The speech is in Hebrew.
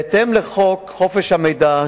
בהתאם לחוק חופש המידע,